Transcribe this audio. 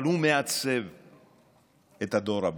אבל הוא מעצב את הדור הבא.